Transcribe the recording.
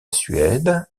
suède